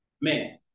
man